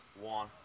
One